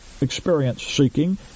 experience-seeking